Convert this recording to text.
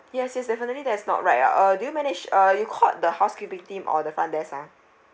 yes yes definitely that's not right lah uh do you manage uh you called the housekeeping team or the front desk ah